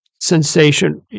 sensation